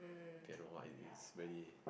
piano what it is really